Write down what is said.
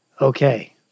Okay